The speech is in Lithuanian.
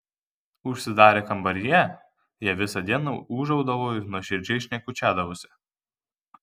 užsidarę kambaryje jie visą dieną ūžaudavo ir nuoširdžiai šnekučiuodavosi